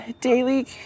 daily